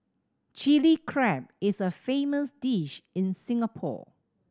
Chilli Crab is a famous dish in Singapore